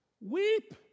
Weep